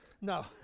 No